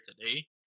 today